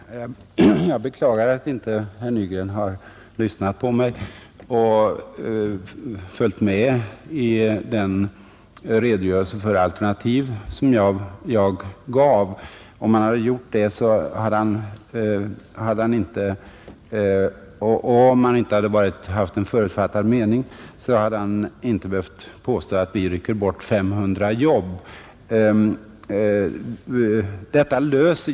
Herr talman! Jag beklagar att herr Nygren inte lyssnade på vad jag sade och inte följde med i den redogörelse för olika alternativ som jag gav. Om herr Nygren hade gjort det och inte haft en förutfattad mening, så hade han inte behövt påstå att vi rycker bort 500 jobb.